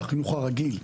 החינוך הרגיל.